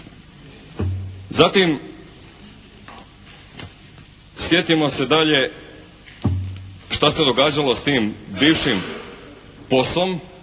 Zatim, sjetimo se dalje šta se događalo s tim bivšim POS-om.